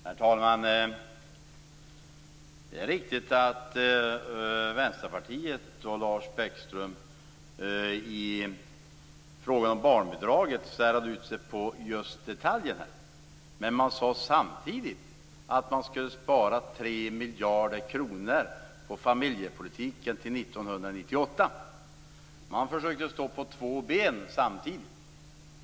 Herr talman! Det är riktigt, som Lars Bäckström sade, att Vänsterpartiet i fråga om barnbidraget särade ut sig just på detaljerna. Men man sade samtidigt att man skulle spara 3 miljarder kronor på familjepolitiken till 1998. Man försökte sitta på två stolar samtidigt.